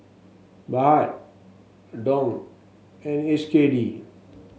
Baht Dong and H K D